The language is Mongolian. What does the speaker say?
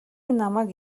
намайг